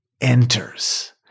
enters